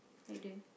what you doing